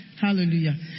Hallelujah